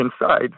inside